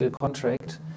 contract